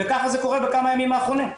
וכך זה קורה בכמה הימים האחרונים.